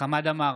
חמד עמאר,